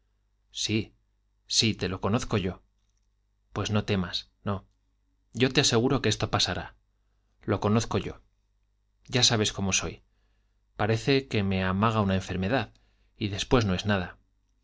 sí sí te lo conozco yo pues no temas no yo te aseguro que esto pasará lo conozco yo ya sabes cómo soy parece que me amaga una enfermedad y después no es nada